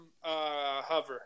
Hover